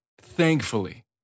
thankfully